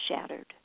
shattered